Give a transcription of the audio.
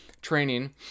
training